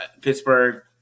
Pittsburgh